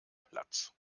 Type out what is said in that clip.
platz